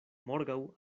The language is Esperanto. morgaŭ